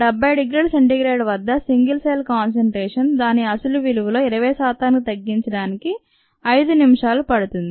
70 డిగ్రీల c వద్ద single cell concentration దాని అసలు విలువలో 20 శాతానికి తగ్గించడానికి 5 నిమిషాలు పడుతుంది